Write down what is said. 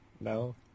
No